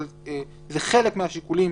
אבל זה חלק מהשיקולים